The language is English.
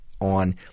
on